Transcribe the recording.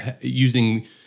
using